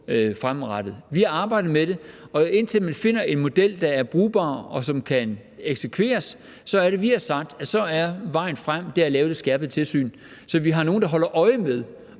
fremadrettet. Vi har arbejdet med det. Indtil man finder en model, der er brugbar, og som kan eksekveres, er det, vi har sagt, at så er vejen frem at lave det skærpede tilsyn, så vi har nogle, der holder øje med,